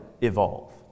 evolve